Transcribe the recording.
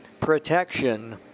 protection